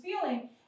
feeling